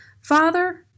Father